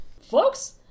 Folks